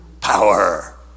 Power